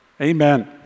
Amen